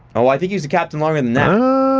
ah i think he was the captain longer than that.